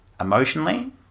emotionally